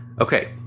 Okay